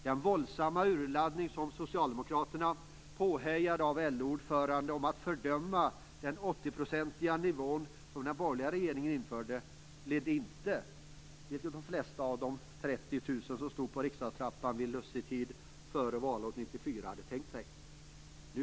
Den våldsamma urladdning som socialdemokraterna stod för, påhejade av LO ordföranden, om att fördöma den 80-procentiga nivån som den borgerliga regeringen införde ledde inte - vilket de flesta av de 30 000 som stod vid riksdagstrappan vid luciatiden före valåret 1994 hade tänkt sig - till någon förändring.